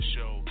Show